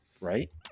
right